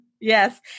Yes